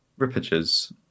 Rippages